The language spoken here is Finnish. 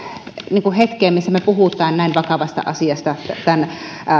tässä hetkessä missä me puhumme näin vakavasta asiasta tämän kansalais